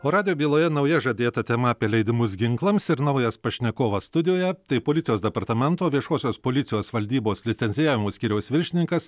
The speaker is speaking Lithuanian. o radijo byloje nauja žadėta tema apie leidimus ginklams ir naujas pašnekovas studijoje tai policijos departamento viešosios policijos valdybos licencijavimo skyriaus viršininkas